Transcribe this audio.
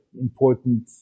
important